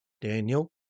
Daniel